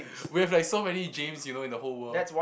we have like so many James you know in the whole world